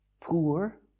poor